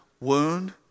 wound